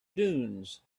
dunes